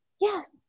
Yes